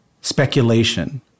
speculation